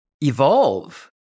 evolve